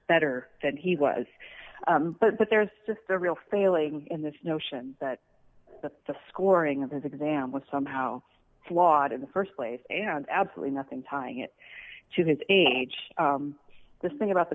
better than he was but there's just a real failing in this notion that the scoring of his exam was somehow flawed in the st place and absolutely nothing tying it to his age the thing about the